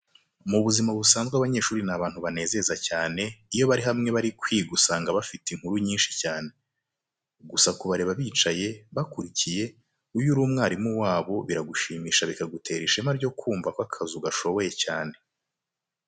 Mu buzima busanzwe abanyeshuri ni abantu banezeza cyane, iyo bari hamwe bari kwiga usanga bafite inkuru nyinshi cyane. Gusa kubareba bicaye, bakurikiye, iyo uri umwarimu wabo biragushimisha bikagutera ishema ryo kumva ko akazi ugashoboye cyane.